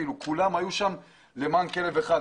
כולם היו שם למען כלב אחד.